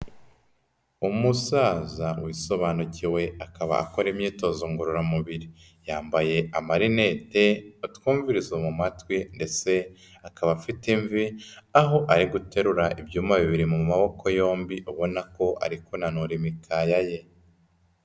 Umusaza wisobanukiwe akaba akora imyitozo ngororamubiri. Yambaye amarinete, atwumvirizo mu matwi ndetse akaba afite imvi, aho ari guterura ibyuma bibiri mu maboko yombi ubona ko ari kunanura imikaya ye.